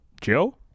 Joe